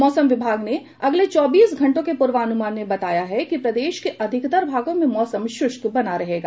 मौसम विभाग ने अगले चौबीस घंटों के पूर्वानुमान में बताया है कि प्रदेश के अधिकतर भागों में मौसम शुष्क बना रहेगा